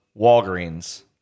walgreens